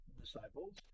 disciples